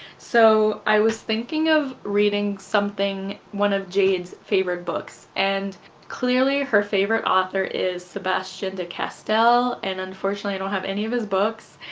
so i was thinking of reading something one of jade's favorite books and clearly her favorite author is sebastien de castell and unfortunately i don't have any of his books,